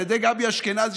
על ידי גבי אשכנזי,